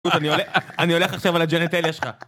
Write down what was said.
אני הולך עכשיו על הג'נטליה שלך.